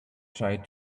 tried